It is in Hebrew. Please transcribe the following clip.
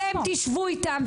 אתם תשבו איתם,